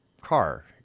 car